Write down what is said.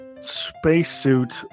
spacesuit